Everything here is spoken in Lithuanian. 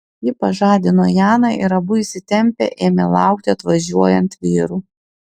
ji pažadino janą ir abu įsitempę ėmė laukti atvažiuojant vyrų